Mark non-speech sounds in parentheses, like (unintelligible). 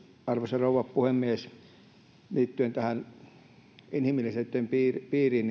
arvoisa rouva puhemies liittyen tähän inhimillisyyden piiriin piiriin (unintelligible)